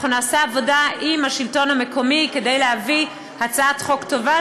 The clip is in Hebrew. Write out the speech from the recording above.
אנחנו נעשה עבודה עם השלטון המקומי כדי להביא הצעת חוק טובה,